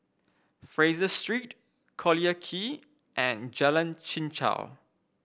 Fraser Street Collyer Quay and Jalan Chichau